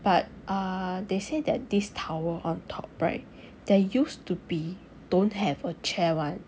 but err they say that this tower on top right there used to be don't have a chair [one]